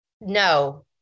No